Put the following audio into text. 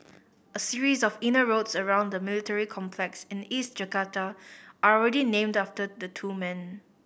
a series of inner roads around the military complex in East Jakarta are already named after the two men